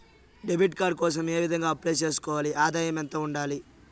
Debit card కోసం ఏ విధంగా అప్లై సేసుకోవాలి? ఆదాయం ఎంత ఉండాలి?